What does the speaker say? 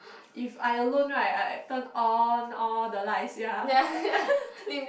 if I alone right I turn on all the lights ya